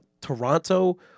Toronto-